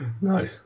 No